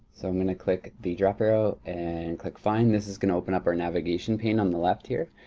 so i'm gonna click the drop arrow and click find. this is gonna open up our navigation pane on the left here.